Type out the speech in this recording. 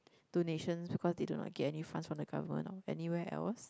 donations because they do not get any funds from the government or anywhere else